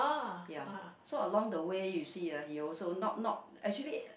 ya so along the way you see ah he also not not actually